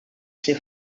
ser